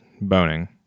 boning